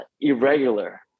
irregular